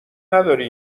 نداری